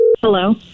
hello